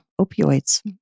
opioids